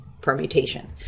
permutation